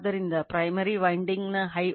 ಆದ್ದರಿಂದ 10 2 0